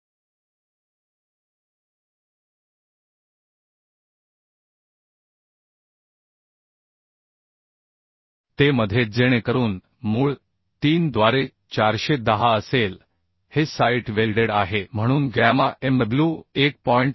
te मध्ये जेणेकरून मूळ 3 द्वारे 410 असेल हे साइट वेल्डेड आहे म्हणून गॅमा mw 1